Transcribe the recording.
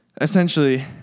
essentially